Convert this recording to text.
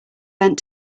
bent